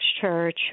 Church